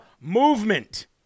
movement